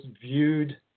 viewed